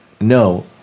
No